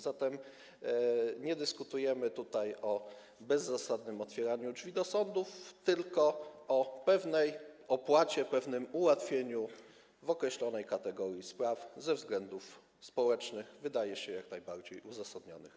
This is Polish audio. Zatem nie dyskutujemy tutaj o bezzasadnym otwieraniu drzwi do sądów, tylko o pewnej opłacie, pewnym ułatwieniu w określonej kategorii spraw ze względów społecznych, wydaje się, jak najbardziej uzasadnionych.